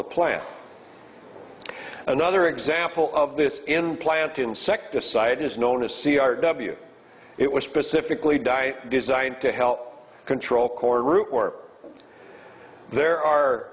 the plant another example of this in plant insecticide is known as c r w it was specifically diet designed to help control cord or there are